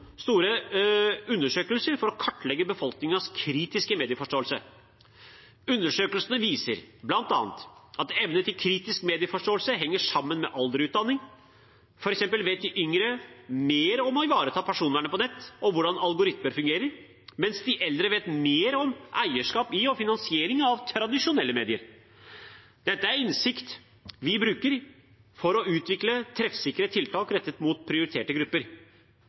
store undersøkelser for å kartlegge befolkningens kritiske medieforståelse. Undersøkelsene viser bl.a. at evne til kritisk medieforståelse henger sammen med alder og utdanning. For eksempel vet de yngre mer om å ivareta personvern på nett og hvordan algoritmer fungerer, mens de eldre vet mer om eierskap i og finansiering av tradisjonelle medier. Dette er innsikt vi bruker for å utvikle treffsikre tiltak rettet mot prioriterte grupper.